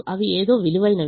అవి ఏదో విలువైనవి